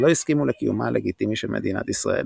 שלא הסכימו לקיומה הלגיטימי של מדינת ישראל.